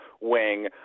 wing